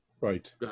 Right